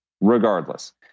regardless